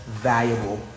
valuable